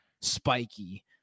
spiky